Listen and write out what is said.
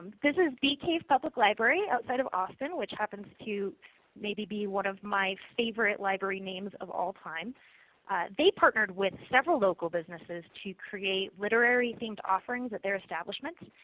this is bee cave public library outside of austin which happens to maybe be one of my favorite library names of all times they partnered with several local businesses to create literary themed offerings at their establishments.